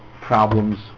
problems